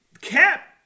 Cap